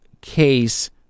case